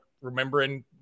remembering